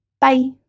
Bye